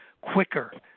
quicker